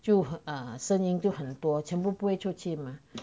就声音就很多全部不会出去吗